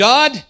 God